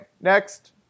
Next